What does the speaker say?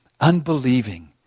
unbelieving